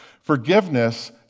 Forgiveness